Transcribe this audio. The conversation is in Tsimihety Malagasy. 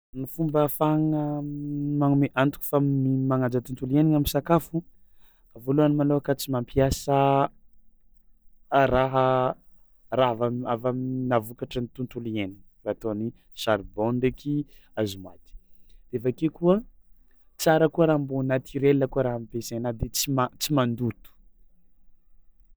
Ny fomba afagna magnome antoko fa mi- magnaja tontolo iaignana sakafo, voalohany malôha tsy mapiasa raha raha ava ava amina vokatran'ny tontolo iainana, vao atao ny charbon ndraiky hazo moaty aveke koa tsara koa raha mbô naturela koa raha ampiasaina de tsy ma- tsy mandoto.